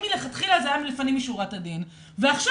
מלכתחילה זה היה לפנים משורת הדין ועכשיו